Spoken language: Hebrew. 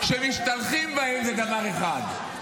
-- שמשתלחים בהם, זה דבר אחד.